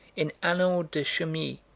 in annales de chimie,